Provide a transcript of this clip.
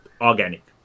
organic